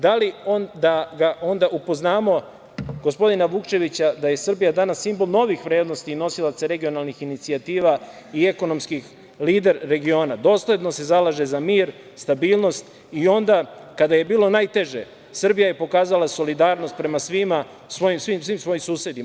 Da li da ga onda upoznamo, gospodina Vukčevića, da je Srbija danas simbol novih vrednosti i nosilac regionalnih inicijativa i ekonomski lider regiona, dosledno se zalaže za mir, stabilnost i onda kada je bilo najteže, Srbija je pokazala solidarnost prema svima, svim svojim susedima?